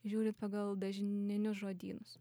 žiūrit pagal dažninius žodynus